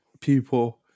people